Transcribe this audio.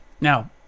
now